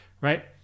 right